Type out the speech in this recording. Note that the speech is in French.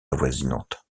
avoisinantes